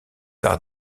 par